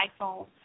iPhone